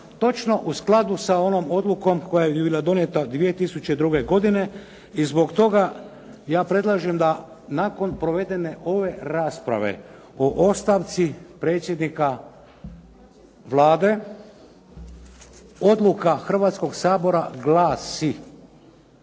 Točno u skladu sa onom odlukom koja je bila donijeta 2002. godine. I zbog toga ja predlažem da nakon provedene ove rasprave o ostavci predsjednika Vlade, odluka Hrvatskog sabora glasi: